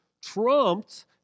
trumped